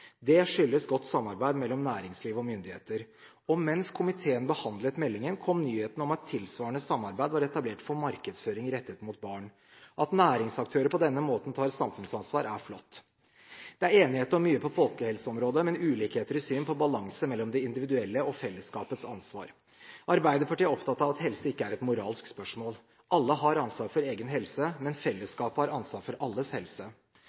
Det skyldes godt samarbeid mellom næringslivet og myndighetene. Og mens komiteen behandlet meldingen, kom nyheten om at tilsvarende samarbeid var etablert for markedsføring rettet mot barn. At næringsaktører på denne måten tar samfunnsansvar, er flott. Det er enighet om mye på folkehelseområdet, men det er ulikheter i synet på balansen mellom det individuelle og fellesskapets ansvar. Arbeiderpartiet er opptatt av at helse ikke er et moralsk spørsmål. Alle har ansvar for egen helse, men fellesskapet har ansvar for alles helse.